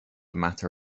matter